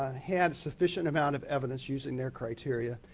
ah have sufficient amount of evidence using their criteria.